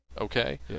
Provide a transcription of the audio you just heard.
okay